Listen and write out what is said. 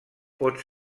pot